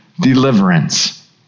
deliverance